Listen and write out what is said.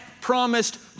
promised